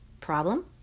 Problem